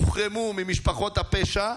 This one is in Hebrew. הוחרמו ממשפחות הפשע.